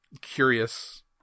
curious